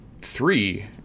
three